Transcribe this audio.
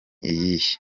iyihe